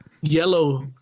yellow